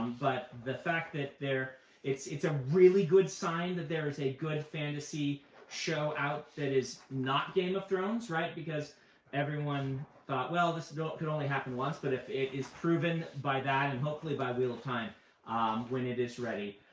but the fact that there it's it's a really good sign that there's a good fantasy show out that is not game of thrones. because everyone thought, well, this could only happen once. but if it is proven by that, and hopefully by wheel of time when it is ready,